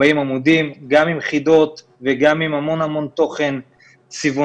40 עמודים גם עם חידות וגם עם המון המון תוכן צבעוני